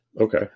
Okay